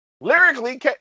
Lyrically